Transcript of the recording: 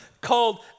called